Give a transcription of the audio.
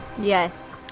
Yes